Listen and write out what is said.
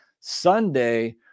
Sunday